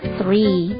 three